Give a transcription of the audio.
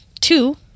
Two